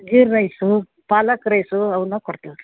Gir rice palak rice ಅವನ್ನ ಕೊಡ್ತೀವಿ ರೀ